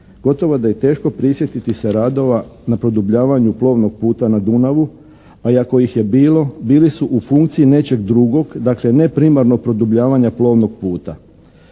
Gotovo da je teško prisjetiti se radova na produbljavanju plovnog puta na Dunavu a i ako ih je bilo, bili su u funkciji nečeg drugog, dakle ne primarnog produbljavanja plovnog puta.